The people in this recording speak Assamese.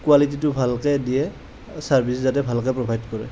কোৱালিটিটো ভালকৈ দিয়ে চাৰ্ভিছ যাতে ভালকৈ প্ৰভাইড কৰে